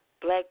Black